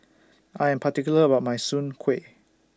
I Am particular about My Soon Kway